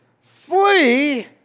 flee